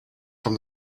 from